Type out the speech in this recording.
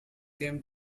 them